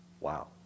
wow